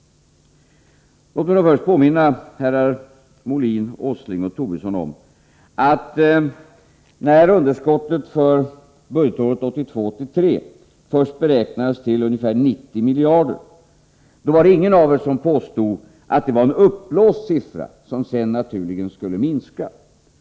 Låt mig först påminna herrar Molin, Åsling och Tobisson om att ingen av er, då underskottet för 1982/83 först beräknades till ca 90 miljarder, påstod att det var en ”uppblåst” siffra, som sedan naturligen skulle minska.